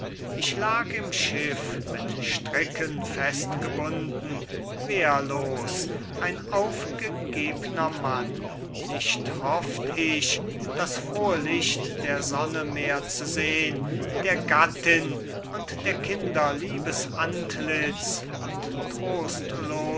ich lag im schiff mit stricken fest gebunden wehrlos ein aufgegebner mann nicht hofft ich das frohe licht der sonne mehr zu sehn der gattin und der kinder liebes antlitz und